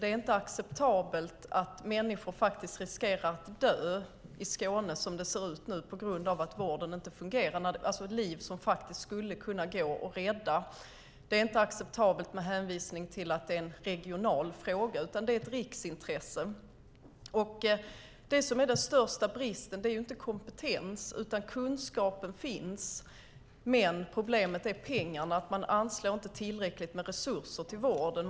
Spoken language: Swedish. Det är inte acceptabelt att människor faktiskt riskerar att dö i Skåne som det ser ut nu - alltså liv som faktiskt skulle kunna gå att rädda - på grund av att vården inte fungerar. Det är inte acceptabelt med en hänvisning till att det är en regional fråga, utan det är ett riksintresse. Den största bristen är inte kompetens. Kunskapen finns. Problemet är pengarna. Man anslår inte tillräckligt med resurser till vården.